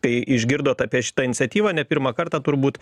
kai išgirdot apie šitą iniciatyvą ne pirmą kartą turbūt